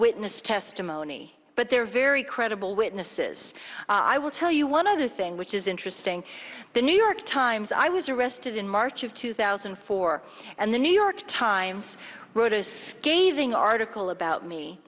witness testimony but they're very credible witnesses i will tell you one other thing which is interesting the new york times i was arrested in march of two thousand and four and the new york times wrote a scathing article about me